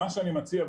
מה שאני מציע,